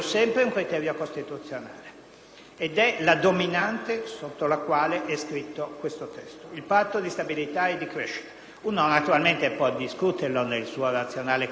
ed è la dominante sotto la quale è scritto questo testo. Il Patto di stabilità e crescita naturalmente può essere discusso nel suo razionale economico: noi non lo discutiamo